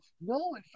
no